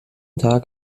tag